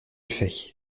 fait